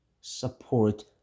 support